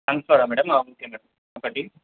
సన్ఫ్లవరా madam oil can ఒకటి